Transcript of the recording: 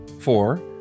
Four